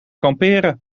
kamperen